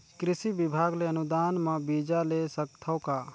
कृषि विभाग ले अनुदान म बीजा ले सकथव का?